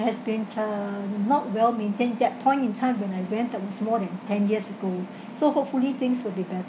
has been uh not well maintained that point in time when I went that was more than ten years ago so hopefully things will be better